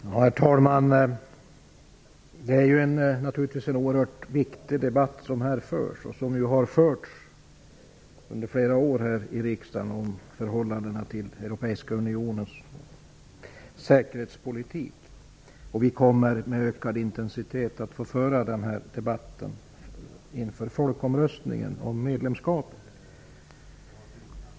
Herr talman! Det är naturligtvis en oerhört viktig debatt som här förs och som har förts under flera år i riksdagen när det gäller Sveriges förhållande till Europeiska unionens säkerhetspolitik. Vi kommer att få föra denna debatt med ökad intensitet inför folkomröstningen om medlemskapet.